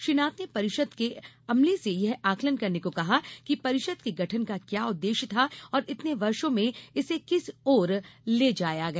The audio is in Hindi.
श्री नाथ ने परिषद के अमले से यह आंकलन करने को कहा कि परिषद के गठन का क्या उद्देश्य था और इतने वर्षो में इसे किस ओर ले जाया गया